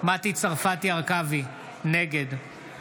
מטי צרפתי הרכבי, נגד